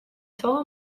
свого